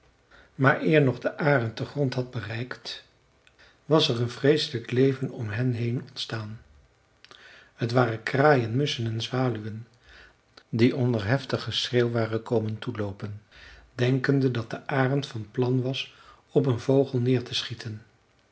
maar eer nog de arend den grond had bereikt was er een vreeselijk leven om hen heen ontstaan t waren kraaien musschen en zwaluwen die onder heftig geschreeuw waren komen toeloopen denkende dat de arend van plan was op een vogel neer te schieten